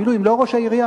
אם לא ראש העירייה,